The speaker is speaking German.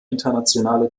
internationale